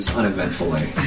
uneventfully